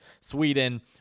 sweden